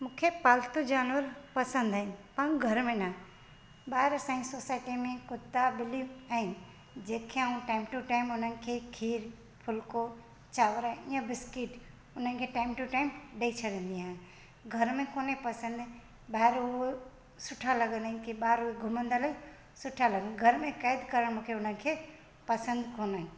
मूंखे पालतू जानवर पसंदि आहिनि पर घर में न ॿाहिरि असांजी सोसाइटी में कुता ॿिलियूं आहिनि जंहिंखे आउं टाइम टू टाइम हुनखे खीरु फुलको चांवर इअं बिस्किट हुनखे टाइम टू टाइम ॾेई छॾंदी आहियां घर में कोने पसंदि ॿाहिरि उहा सुठा लॻंदा आहिनि कि ॿाहिरि उहे घुमंदड़ सुठा लॻनि घर में क़ैदु करण मूंखे हुनखे पसंदि कोन्हे